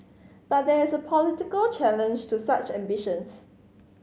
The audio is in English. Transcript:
but there is a political challenge to such ambitions